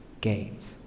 gate